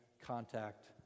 contact